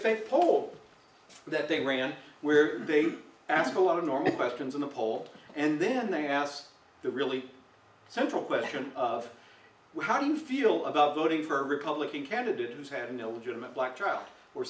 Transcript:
fake poll that they ran where they asked a lot of normal questions in the poll and then they asked the really central question of how do you feel about voting for a republican candidate who's had no legitimate black trial or